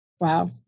Wow